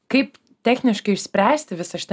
kaip techniškai išspręsti visą šitą